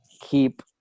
keep